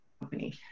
company